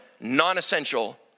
non-essential